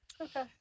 Okay